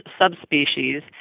subspecies